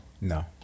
No